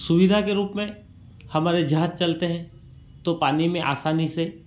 सुविधा के रुप में हमारे जहाज चलते हैं तो पानी में आसानी से